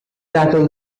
tackle